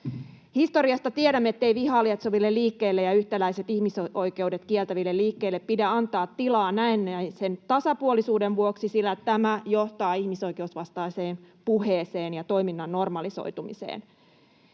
Historiasta tiedämme, ettei vihaa lietsoville liikkeille ja yhtäläiset ihmisoikeudet kieltäville liikkeille pidä antaa tilaa näennäisen tasapuolisuuden vuoksi, sillä tämä johtaa ihmisoikeusvastaiseen puheeseen ja toiminnan normalisoitumiseen.